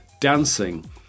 dancing